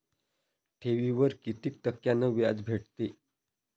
ठेवीवर कितीक टक्क्यान व्याज भेटते?